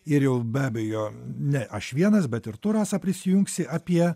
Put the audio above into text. ir jau be abejo ne aš vienas bet ir tu rasa prisijungsi apie